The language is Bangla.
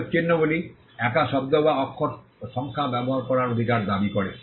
শব্দ চিহ্নগুলি একা শব্দ বা অক্ষর বা সংখ্যা ব্যবহার করার অধিকার দাবি করে